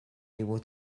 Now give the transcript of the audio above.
able